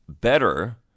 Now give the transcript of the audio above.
better